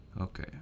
okay